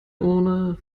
urne